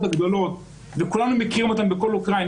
הגדולות וכולנו מכירים אותם בכל אוקראינה,